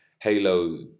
Halo